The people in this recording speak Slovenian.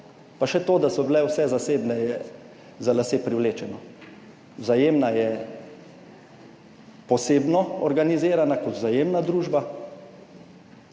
Pa še to, da so bile vse zasebne za lase privlečeno? Vzajemna je posebno organizirana kot vzajemna družba,